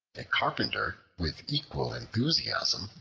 a carpenter, with equal enthusiasm,